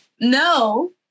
no